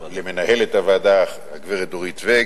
ולמנהלת הוועדה גברת דורית ואג.